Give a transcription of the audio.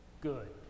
good